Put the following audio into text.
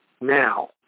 now